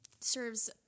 serves